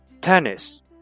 tennis